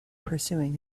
pursuing